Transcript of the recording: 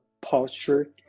posture